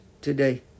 today